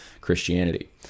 Christianity